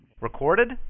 Recorded